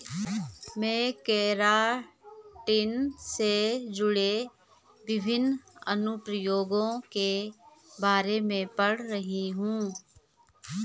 मैं केराटिन से जुड़े विभिन्न अनुप्रयोगों के बारे में पढ़ रही हूं